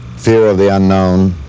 fear of the unknown,